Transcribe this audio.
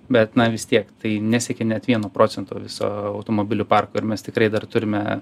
bet na vis tiek tai nesiekia net vieno procento viso automobilių parko ir mes tikrai dar turime